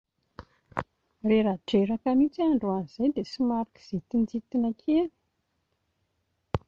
Reradreraka mihintsy aho androany izay dia somary kizintinjitina kely